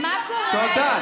תודה.